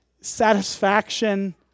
satisfaction